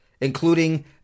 Including